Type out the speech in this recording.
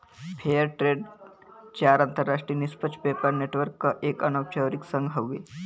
fair trade चार अंतरराष्ट्रीय निष्पक्ष व्यापार नेटवर्क क एक अनौपचारिक संघ हउवे